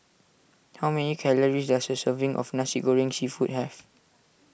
how many calories does a serving of Nasi Goreng Seafood have